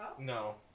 No